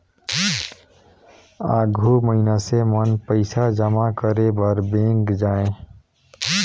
आघु मइनसे मन पइसा जमा करे बर बेंक जाएं